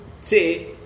say